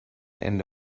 and